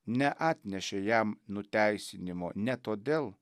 neatnešė jam nuteisinimo ne todėl